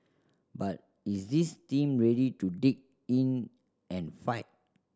but is this team ready to dig in and fight